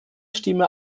stimme